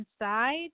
inside